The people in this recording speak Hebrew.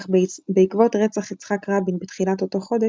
אך בעקבות רצח יצחק רבין בתחילת אותו חודש,